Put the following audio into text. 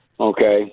Okay